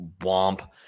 womp